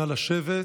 נא לשבת.